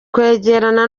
kwegerana